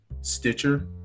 Stitcher